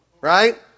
Right